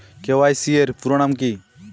KYC এর পুরোনাম কী?